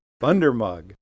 Thundermug